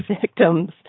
victims